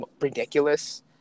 ridiculous